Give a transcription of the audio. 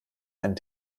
einen